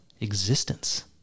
existence